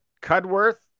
cudworth